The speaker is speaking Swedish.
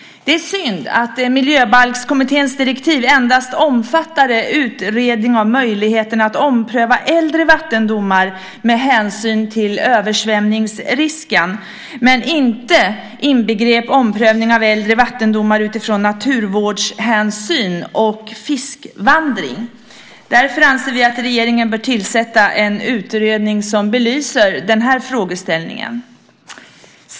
Det är synd att Miljöbalkskommitténs direktiv endast omfattade utredning av möjligheterna att ompröva äldre vattendomar med hänsyn till översvämningsrisken men inte inbegrep omprövning av äldre vattendomar utifrån naturvårdshänsyn och fiskvandring. Därför anser vi att regeringen bör tillsätta en utredning som belyser denna frågeställning.